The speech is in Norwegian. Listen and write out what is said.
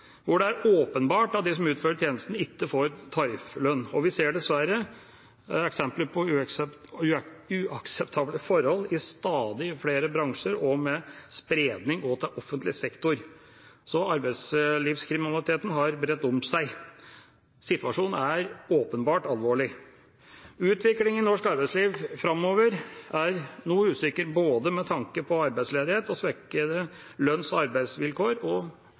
hvor det er åpenbart at de som utfører tjenestene, ikke får tarifflønn. Vi ser dessverre eksempler på uakseptable forhold i stadig flere bransjer og med spredning også til offentlig sektor. Så arbeidslivskriminaliteten har bredt om seg. Situasjonen er åpenbart alvorlig. Utviklingen i norsk arbeidsliv framover er noe usikker både med tanke på arbeidsledighet og svekkede lønns- og arbeidsvilkår og